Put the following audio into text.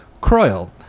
Croyle